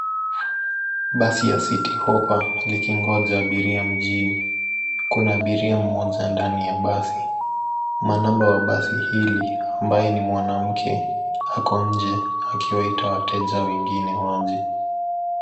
Basi ya cs[citi hoppa]cs likiongoja abiria mjini. Kuna abiria mmoja ndani ya basi. Manamba wa basi hili ambaye ni mwanamke ako nje akiwaita wateja wengine waje.